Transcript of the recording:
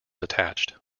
attached